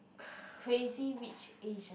crazy rich asian